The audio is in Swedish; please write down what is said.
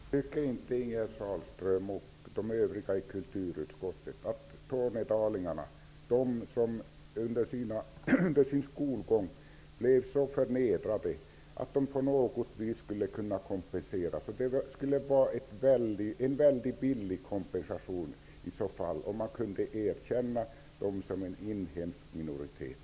Herr talman! Tycker inte Ingegerd Sahlström och de övriga i kulturutskottet att de tornedalingar som under sin skolgång blev så förnedrade skulle kunna kompenseras på något vis? Det skulle vara en mycket billig kompensation att erkänna dem som en inhemsk minoritet.